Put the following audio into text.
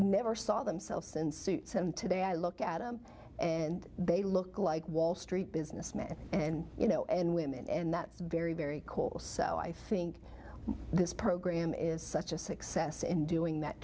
never saw themselves in suits and today i look at them and they look like wall street businessmen and you know and women and that's very very cold so i think this program is such a success in doing that